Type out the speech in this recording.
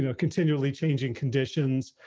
you know continually changing conditions,